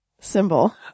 symbol